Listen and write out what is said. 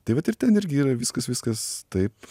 tai vat ir ten irgi yra viskas viskas taip